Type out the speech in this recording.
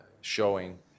showing